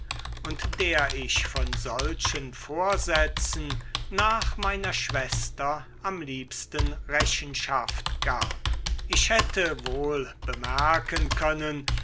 und der ich von solchen vorsätzen nach meiner schwester am liebsten rechenschaft gab ich hätte wohl bemerken können